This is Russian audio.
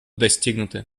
достигнуты